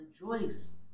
rejoice